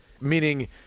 meaning